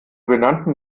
benannten